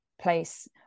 place